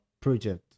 project